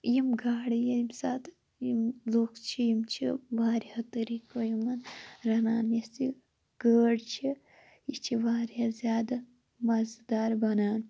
یِم گاڈٕ ییٚمہِ ساتہٕ یِم لُکھ چھِ یِم چھِ وارِیاہو طٔریقو یِمَن رَنان یۄس یہِ گاڈ چھِ یہِ چھِ وارِیاہ زیادٕ مَزٕ دار بَنان